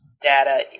data